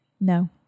No